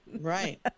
right